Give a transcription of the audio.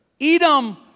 Edom